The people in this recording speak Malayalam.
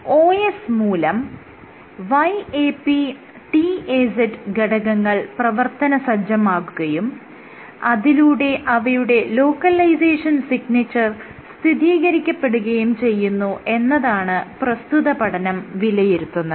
OS മൂലം YAPTAZ ഘടകങ്ങൾ പ്രവർത്തനസജ്ജമാകുകയും അതിലൂടെ അവയുടെ ലോക്കലൈസേഷൻ സിഗ്നേച്ചർ സ്ഥിതീകരിക്കപ്പെടുകയും ചെയ്യുന്നു എന്നതാണ് പ്രസ്തുത പഠനം വിലയിരുത്തുന്നത്